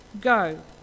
Go